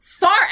Far